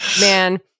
man